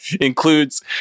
includes